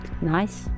nice